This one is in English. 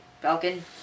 Falcon